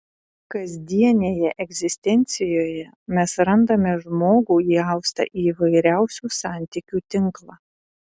kasdienėje egzistencijoje mes randame žmogų įaustą į įvairiausių santykių tinklą